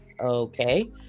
okay